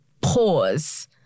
pause